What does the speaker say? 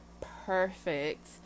Perfect